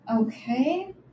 Okay